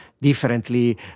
differently